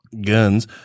guns